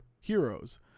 heroes